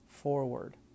forward